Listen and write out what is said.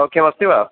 ओ किमस्ति वा